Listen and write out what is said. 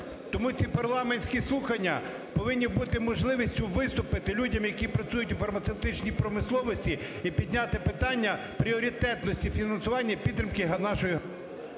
Тому ці парламентські слухання повинні бути можливістю виступити людям, які працюють в фармацевтичній промисловості, і підняти питання пріоритетності фінансування і підтримки нашої…